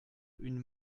une